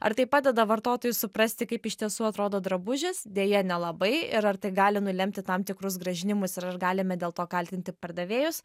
ar tai padeda vartotojui suprasti kaip iš tiesų atrodo drabužis deja nelabai ir ar tai gali nulemti tam tikrus grąžinimus ir ar galime dėl to kaltinti pardavėjus